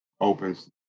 opens